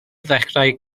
ddechrau